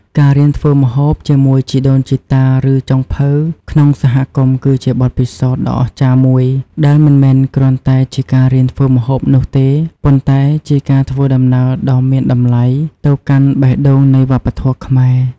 ការរៀនធ្វើម្ហូបជាមួយជីដូនជីតា ឬចុងភៅក្នុងសហគមន៍គឺជាបទពិសោធន៍ដ៏អស្ចារ្យមួយ ដែលមិនមែនគ្រាន់តែជាការរៀនធ្វើម្ហូបនោះទេ ប៉ុន្តែជាការធ្វើដំណើរដ៏មានតម្លៃទៅកាន់បេះដូងនៃវប្បធម៌ខ្មែរ។